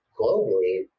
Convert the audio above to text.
globally